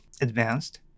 advanced